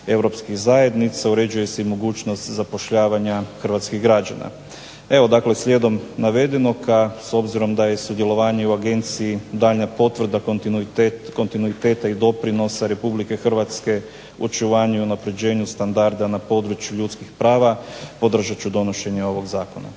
europskih zajednica, uređuje se i mogućnost zapošljavanja hrvatskih građana. Evo dakle slijedom navedenog, a s obzirom da je sudjelovanje u agenciji daljnja potvrda kontinuiteta i doprinosa Republike Hrvatske u očuvanju i unapređenju standarda na području ljudskih prava, podržat ću donošenje ovog zakona.